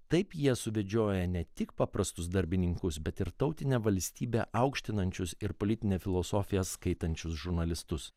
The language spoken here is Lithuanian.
taip jie suvedžioja ne tik paprastus darbininkus bet ir tautinę valstybę aukštinančius ir politinę filosofiją skaitančius žurnalistus